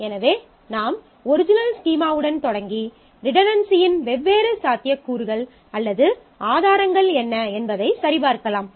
எனவே நாம் original schema உடன் தொடங்கி ரிடன்டன்சியின் வெவ்வேறு சாத்தியக்கூறுகள் அல்லது ஆதாரங்கள் என்ன என்பதை சரிபார்க்கலாம்